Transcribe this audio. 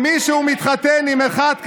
אם מישהו מתחתן עם אחת כזאת,